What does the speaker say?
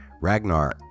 Ragnar